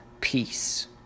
peace